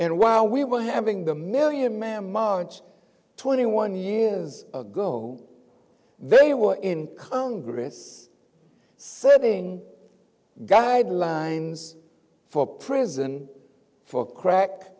and while we were having the million man march twenty one years ago they were in congress serving guidelines for prison for crack